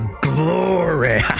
glory